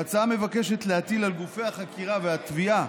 ההצעה מבקשת להטיל על גופי החקירה והתביעה